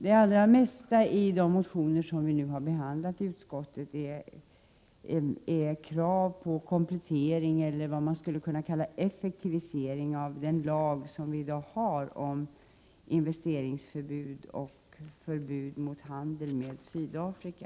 De allra flesta motionerna innehåller krav på komplettering eller ”effektivisering” av den lag som vi har om investeringsförbud och förbud mot handel med Sydafrika.